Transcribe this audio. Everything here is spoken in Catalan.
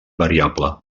variable